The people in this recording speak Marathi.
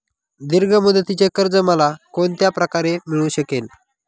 दीर्घ मुदतीचे कर्ज मला कोणत्या प्रकारे मिळू शकेल?